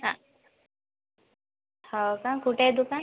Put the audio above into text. हां हो का कुठे आहे दुकान